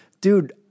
Dude